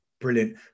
Brilliant